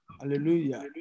Hallelujah